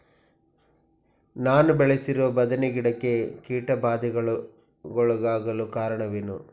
ನಾನು ಬೆಳೆಸಿರುವ ಬದನೆ ಗಿಡಕ್ಕೆ ಕೀಟಬಾಧೆಗೊಳಗಾಗಲು ಕಾರಣವೇನು?